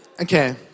Okay